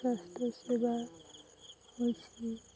ସ୍ୱାସ୍ଥ୍ୟ ସେବା ଅଛି